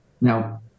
Now